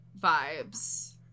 vibes